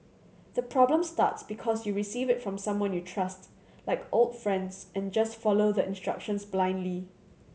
the problem starts because you receive it from someone you trust like old friends and just follow the instructions blindly